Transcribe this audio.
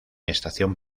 estación